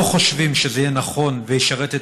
לא חושבים שזה יהיה נכון וישרת את